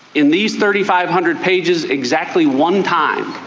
in these thirty five hundred pages exactly one time.